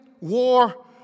war